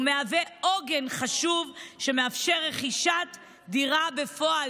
ומהווה עוגן חשוב שמאפשר רכישת דירה בפועל,